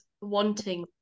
wanting